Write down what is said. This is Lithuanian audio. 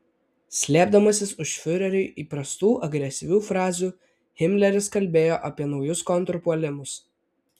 slėpdamasis už fiureriui įprastų agresyvių frazių himleris kalbėjo apie naujus kontrpuolimus